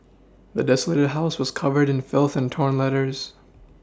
the desolated house was covered in filth and torn letters